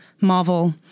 Marvel